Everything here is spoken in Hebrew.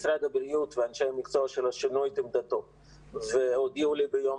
משרד הבריאות ואנשי המקצוע שלו שינה את עמדתו והודיעו לי ביום